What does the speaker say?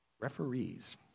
Referees